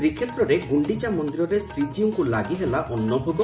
ଶ୍ରୀକ୍ଷେତ୍ରରେ ଗୁଖିଚା ମନ୍ଦିରରେ ଶ୍ରୀଜୀଉଙ୍କୁ ଲାଗୁ ହେଲା ଅନୁଭୋଗ